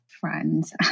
Friends